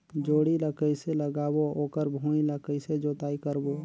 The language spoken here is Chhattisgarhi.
जोणी ला कइसे लगाबो ओकर भुईं ला कइसे जोताई करबो?